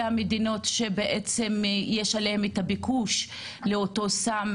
המדינות שבעצם יש בהן את הביקוש לאותו סם?